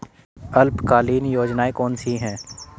अल्पकालीन योजनाएं कौन कौन सी हैं?